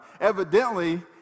evidently